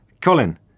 Colin